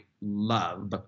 love